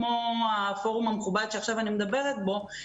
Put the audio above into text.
כמו הפורום המכובד שעכשיו אני מדבר בו,